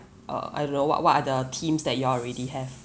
uh I don't know what what are the themes that you all already have